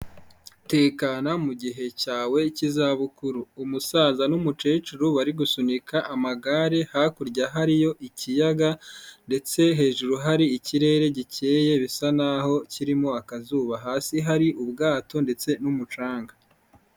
Tekana mu gihe cyawe k'izabukuru, umusaza n'umukecuru bari gusunika amagare, hakurya hariyo ikiyaga ndetse hejuru hari ikirere gikeye bisa n'aho kirimo akazuba, hasi hari ubwato ndetse n'umucanga.